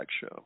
show